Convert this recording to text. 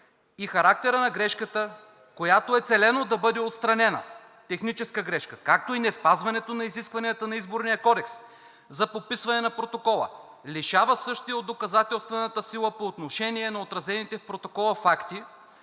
и характера на грешката, която е целено да бъде отстранена – техническа грешка, както и неспазването на изискванията на Изборния кодекс за подписване на протокола, лишава същия от доказателствена сила по отношение на отразените в протокола факти,